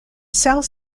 south